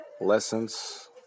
lessons